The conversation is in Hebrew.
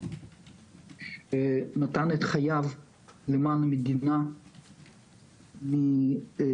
נתן את חייו למען המדינה מסך